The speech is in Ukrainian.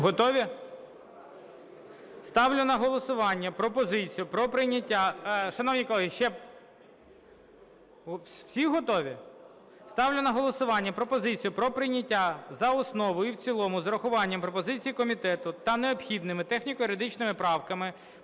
готові? Ставлю на голосування пропозицію про прийняття за основу і в цілому з врахуванням пропозицій комітету та необхідними техніко-юридичними правками